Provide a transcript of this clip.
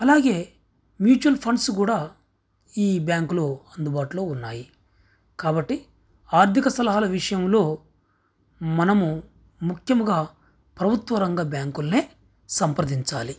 అలాగే mutual funds కూడా ఈ బ్యాంకులో అందుబాటులో ఉన్నాయి కాబట్టి ఆర్థిక సలహాల విషయంలో మనము ముఖ్యముగా ప్రభుత్వరంగ బ్యాంకులనే సంప్రదించాలి